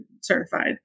certified